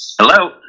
Hello